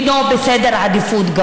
אינם גבוה בסדר העדיפויות.